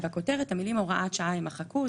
בכותרת, המילים "הוראת שעה" יימחקו.